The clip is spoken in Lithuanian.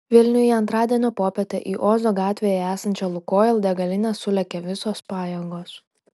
vilniuje antradienio popietę į ozo gatvėje esančią lukoil degalinę sulėkė visos pajėgos